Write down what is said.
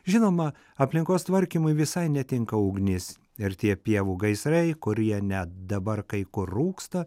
žinoma aplinkos tvarkymui visai netinka ugnis ir tie pievų gaisrai kurie net dabar kai kur rūksta